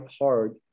hard